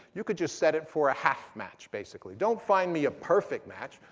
you could just set it for a half match, basically. don't find me a perfect match.